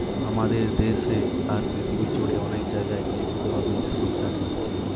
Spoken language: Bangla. আমাদের দেশে আর পৃথিবী জুড়ে অনেক জাগায় বিস্তৃতভাবে রেশম চাষ হচ্ছে